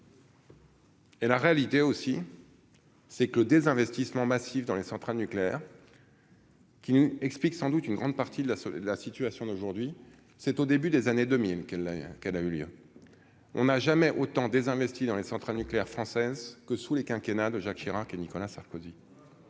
Et la réalité aussi. C'est que des investissements massifs dans les centrales nucléaires. Qui nous explique sans doute une grande partie de la de la situation d'aujourd'hui, c'est au début des années 2000 qu'elle a, qu'elle avait lieu, on n'a jamais autant désinvesti dans les centrales nucléaires françaises que sous les quinquennats de Jacques Chirac et Nicolas Sarkozy.